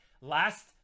last